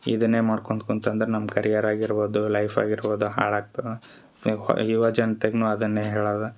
ಇದನ್ನೇ ಮಾಡ್ಕೊಂತಾ ಕುಂತೆ ಅಂದ್ರ ನಮ್ಮ ಕರಿಯರ್ ಆಗಿರ್ಬೋದು ಲೈಫ್ ಆಗಿರ್ಬೋದು ಹಾಳಾಗ್ತದ ಸೊ ಯುವ ಜನತೆಗೂನು ಅದನ್ನೇ ಹೇಳದ